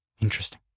Interesting